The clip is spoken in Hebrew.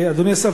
אדוני השר,